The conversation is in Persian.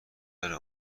داره